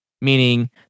meaning